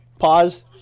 pause